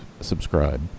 subscribe